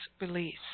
release